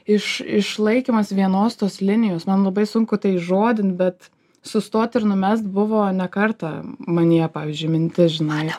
iš išlaikymas vienos tos linijos man labai sunku tai įžodin bet sustot ir numest buvo ne kartą manyje pavyzdžiui mintis žinai